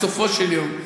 בסופו של דבר,